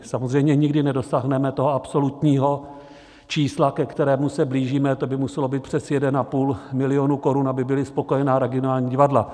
Samozřejmě nikdy nedosáhneme toho absolutního čísla, ke kterému se blížíme, to by muselo by přes 1,5 milionu (?) korun, aby byla spokojena regionální divadla.